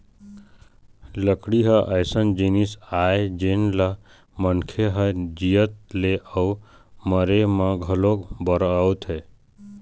लकड़ी ह अइसन जिनिस आय जेन ल मनखे ह जियत ले अउ मरे म घलोक बउरथे